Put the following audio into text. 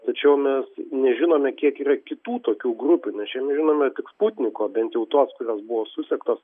tačiau mes nežinome kiek yra kitų tokių grupių nes čia mes žinome tik sputniko bent jau tos kurios buvo susektos